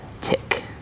tick